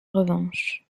revanche